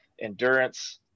endurance